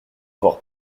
avoir